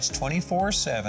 24-7